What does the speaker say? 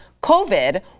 COVID